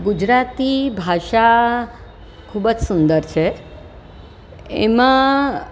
ગુજરાતી ભાષા ખૂબ જ સુંદર છે એમાં